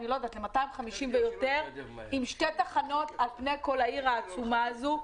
ל-250,000 ויותר עם שתי תחנות בכל העיר העצומה הזאת,